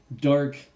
dark